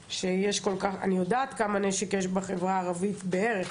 אני יודעת כמה נשק יש בחברה הערבית בערך,